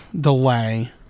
delay